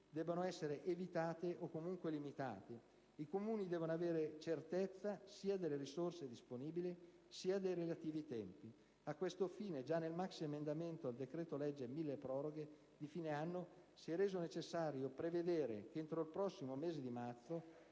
siano evitate o comunque limitate. I Comuni devono avere certezza sia delle risorse disponibili sia dei relativi tempi. A questo fine, già nel maxiemendamento al decreto-legge cosiddetto milleproroghe di fine anno, si è reso necessario prevedere che entro il prossimo mese di marzo